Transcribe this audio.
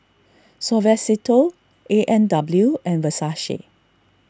Suavecito A and W and Versace